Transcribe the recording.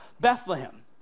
Bethlehem